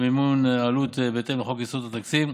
מימון העלות בהתאם לחוק יסודות התקציב.